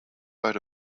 vote